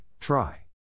try